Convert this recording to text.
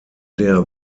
der